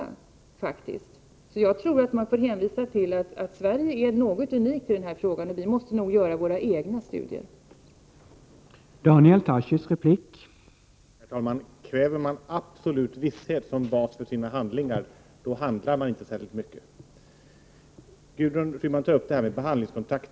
Jag 27 april 1989 tror att man får hänvisa till att Sverige är en aning unikt i den här frågan — vi måste nog göra våra egna studier. ANSOrdernsot HTV